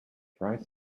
try